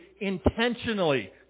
intentionally